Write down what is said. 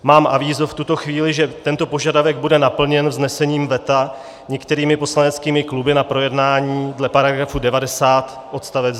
Mám avízo v tuto chvíli, že tento požadavek bude naplněn vznesením veta některými poslaneckými kluby na projednání dle § 90 odst.